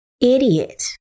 Idiot